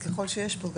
ככל שיש פה,